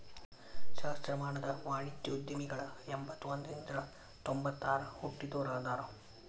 ಸಹಸ್ರಮಾನದ ವಾಣಿಜ್ಯೋದ್ಯಮಿಗಳ ಎಂಬತ್ತ ಒಂದ್ರಿಂದ ತೊಂಬತ್ತ ಆರಗ ಹುಟ್ಟಿದೋರ ಅದಾರ